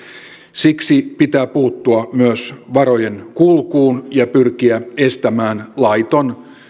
siksi pitää puuttua myös varojen kulkuun ja pyrkiä estämään laiton